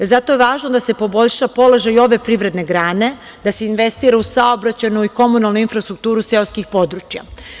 Zato je važno da se poboljša položaj i ove privredne grane, da se investira u saobraćajnu i komunalnu infrastrukturu seoskih područja.